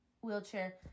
wheelchair